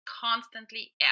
constantly